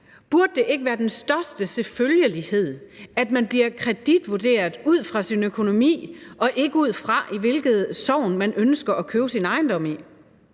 Burde det ikke være den største selvfølgelighed, at man bliver kreditvurderet ud fra sin økonomi og ikke ud fra, i hvilket sogn man ønsker at købe sin ejendom i?